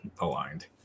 aligned